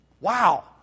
Wow